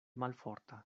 malforta